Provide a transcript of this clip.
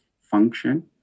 function